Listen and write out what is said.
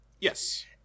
Yes